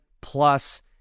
plus